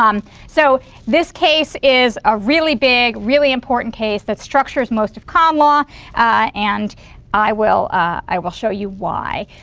um so this case is a really big, really important case that structures most of common law and i will i will show you why.